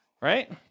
right